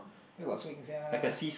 where got swing sia